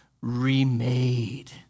remade